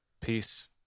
Peace